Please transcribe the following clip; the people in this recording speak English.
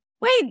wait